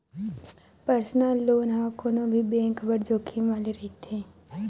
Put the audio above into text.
personal loan ह कोनो भी बेंक बर जोखिम वाले रहिथे